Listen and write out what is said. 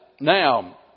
Now